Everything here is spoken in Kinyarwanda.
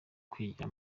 kwigira